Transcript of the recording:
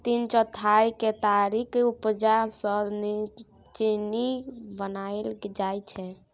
तीन चौथाई केतारीक उपजा सँ चीन्नी बनाएल जाइ छै